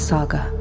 Saga